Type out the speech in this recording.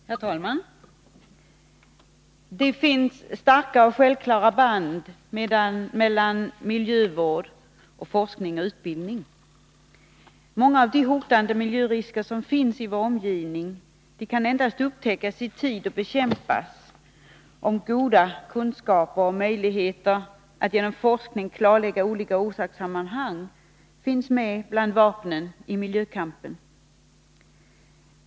Herr talman! Det finns starka och självklara band mellan miljövård och forskning och utbildning. Många av de hotande miljörisker som finns i vår omgivning kan endast upptäckas i tid och bekämpas om goda kunskaper och möjligheter att genom forskning klarlägga olika orsakssammanhang finns med bland vapnen i miljökampen.